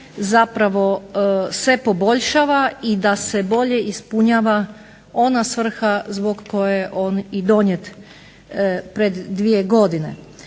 zapravo se poboljšava i da se bolje ispunjava ona svrha zbog koje je on i donijet pred dvije godine.